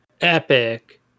Epic